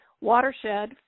watershed